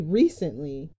recently